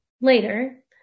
later